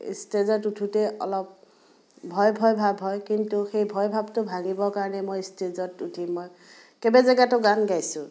ষ্টেজত উঠোঁতে অলপ ভয় ভয় ভাৱ হয় কিন্তু সেই ভয় ভাৱটো ভাঙিবৰ কাৰণে মই ষ্টেজত উঠি মই কেইবা জেগাটো গান গাইছোঁ